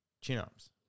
Chin-ups